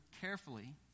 carefully